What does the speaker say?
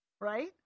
Right